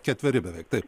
ketveri beveik taip